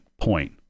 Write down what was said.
point